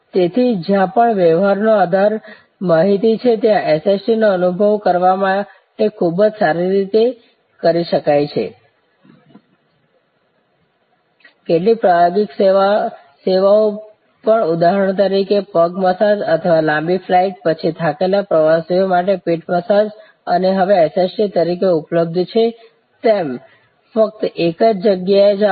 તેથી જ્યાં પણ વ્યવહાર નો આધાર માહિતી છે ત્યાં SSTનો અનુભવ કરવા માટે ખૂબ જ સારી રીતે કરી શકાય છે કેટલીક પ્રાયોગિક સેવાઓ પણ ઉદાહરણ તરીકે પગ મસાજ અથવા લાંબી ફ્લાઇટ પછી થાકેલા પ્રવાસીઓ માટે પીઠ મસાજ અને હવે SST તરીકે ઉપલબ્ધ છે તમે ફક્ત એક જ જગ્યાએ જાઓ